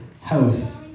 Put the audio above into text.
house